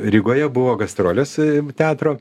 rygoje buvo gastrolės teatro